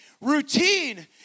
routine